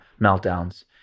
meltdowns